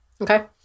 Okay